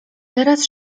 teraz